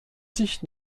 sich